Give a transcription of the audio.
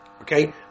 Okay